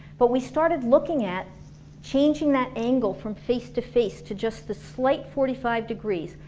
but we started looking at changing that angle from face to face to just the slight forty five degrees,